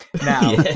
Now